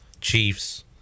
Chiefs